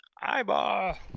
eyeball